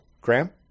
Graham